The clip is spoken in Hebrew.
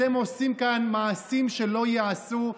אתם עושים כאן מעשים שלא ייעשו,